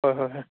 ꯍꯣꯏ ꯍꯣꯏ ꯍꯣꯏ